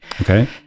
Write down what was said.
Okay